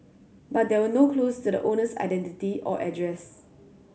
but there were no clues to the owner's identity or address